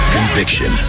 Conviction